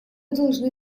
должны